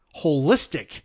holistic